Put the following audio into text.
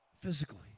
physically